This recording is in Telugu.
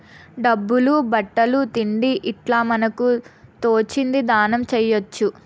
డబ్బులు బట్టలు తిండి ఇట్లా మనకు తోచింది దానం చేయొచ్చు